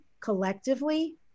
collectively